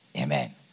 Amen